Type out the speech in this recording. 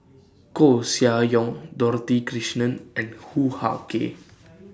Koeh Sia Yong Dorothy Krishnan and Hoo Ah Kay